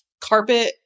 carpet